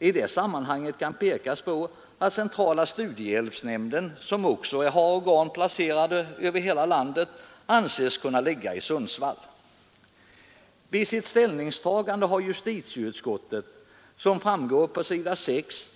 I det sammanhanget kan man peka på att centrala studiehjälpsnämnden, som också har organ placerade över hela lander, anses kunna ligga i Sundsvall. Vid sitt ställningstagande har justitieutskottet, som framgår på s. 6